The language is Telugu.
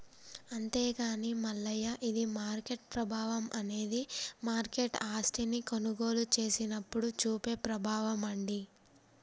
అంతేగాని మల్లయ్య ఇది మార్కెట్ ప్రభావం అనేది మార్కెట్ ఆస్తిని కొనుగోలు చేసినప్పుడు చూపే ప్రభావం అండి